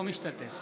אינו משתתף